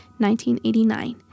1989